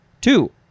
Two